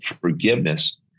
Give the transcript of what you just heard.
forgiveness